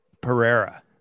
Pereira